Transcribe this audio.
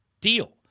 deal